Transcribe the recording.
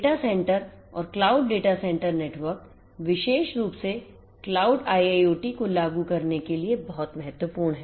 data centre और cloud data centre network विशेष रूप से क्लाउड IIoT को लागू करने के लिए बहुत महत्वपूर्ण हैं